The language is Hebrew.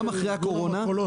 גם אחרי הקורונה,